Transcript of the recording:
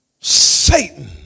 Satan